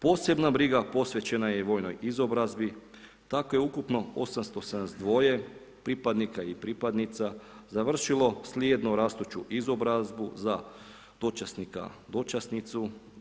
Posebna briga posvećena je vojnoj izobrazbi, tako je ukupno 872 pripadnika i pripadnica završilo slijedno rastuću izobrazbu za dočasnika/dočasnicu, odnosno časnika/časnicu.